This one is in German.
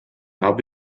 habe